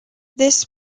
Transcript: this